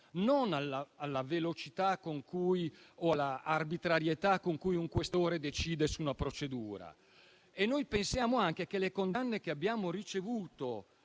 non alla velocità o all'arbitrarietà con cui un questore decide su una procedura. Pensiamo anche che le condanne che abbiamo ricevuto